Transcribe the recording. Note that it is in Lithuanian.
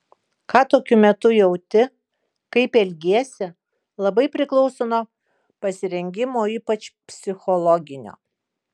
ką tokiu metu jauti kaip elgiesi labai priklauso nuo pasirengimo ypač psichologinio